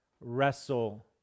Wrestle